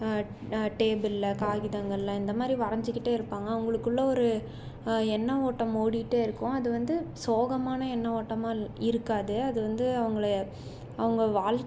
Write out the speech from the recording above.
டேபிளில் காகிதங்களில் இந்த மாதிரி வரைஞ்சிக்கிட்டே இருப்பாங்க அவர்களுக்குள்ள ஒரு எண்ண ஓட்டம் ஓடிகிட்டே இருக்கும் அது வந்து சோகமான எண்ண ஓட்டமா இல் இருக்காது அது வந்து அவங்களை அவங்க வாழ்